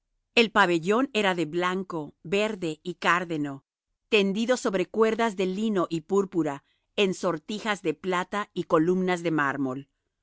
el pabellón era de blanco verde y cárdeno tendido sobre cuerdas de lino y púrpura en sortijas de plata y columnas de mármol